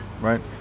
right